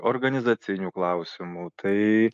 organizacinių klausimų tai